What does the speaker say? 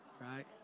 Right